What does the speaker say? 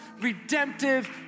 redemptive